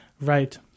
Right